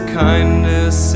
kindness